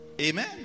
amen